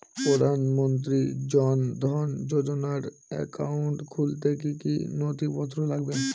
প্রধানমন্ত্রী জন ধন যোজনার একাউন্ট খুলতে কি কি নথিপত্র লাগবে?